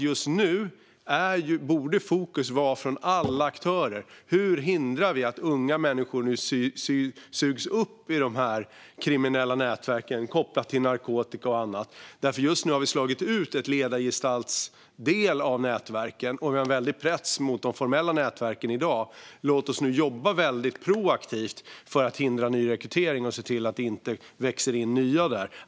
Just nu borde alla aktörers fokus vara på hur vi hindrar att unga människor sugs in i de kriminella nätverken kopplade till narkotika och annat. Just nu har vi slagit ut en ledargestaltsdel av nätverken och har en väldig press på de formella nätverken i dag. Låt oss nu jobba väldigt proaktivt för att hindra nyrekrytering och se till att det inte kommer in nya där!